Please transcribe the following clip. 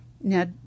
Now